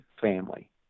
family